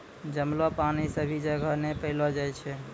जमलो पानी सभी जगह नै पैलो जाय छै